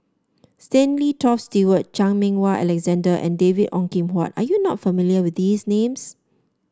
Stanley Toft Stewart Chan Meng Wah Alexander and David Ong Kim Huat are you not familiar with these names